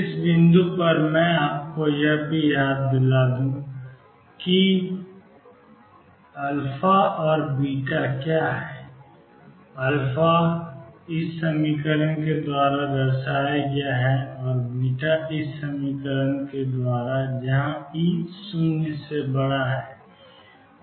इस बिंदु पर मैं आपको यह भी याद दिला दूं कि α और β क्या हैं α2m2 और β2mE2 और E0